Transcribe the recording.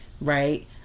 right